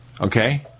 okay